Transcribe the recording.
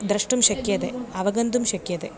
द्रष्टुं शक्यते अवगन्तुं शक्यते